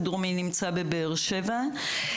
הדרומי נמצא בבאר שבע,